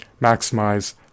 maximize